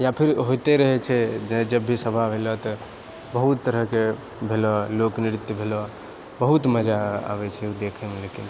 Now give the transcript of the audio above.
या फिर होइतय रहै छै जब भी सभा भेलऔ तऽ बहुत तरहके भेलऔ लोक नृत्य भेलऔ बहुत मजा आबैत छै ओ देखयमऽ लेकिन